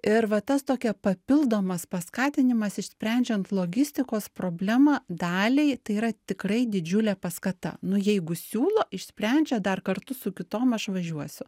ir va tas tokia papildomas paskatinimas išsprendžiant logistikos problemą daliai tai yra tikrai didžiulė paskata nu jeigu siūlo išsprendžia dar kartu su kitom aš važiuosiu